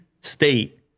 state